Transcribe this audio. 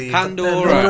Pandora